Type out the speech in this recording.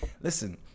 listen